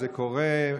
זה קורה.